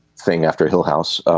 sing after hill house